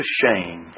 shame